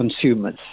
consumers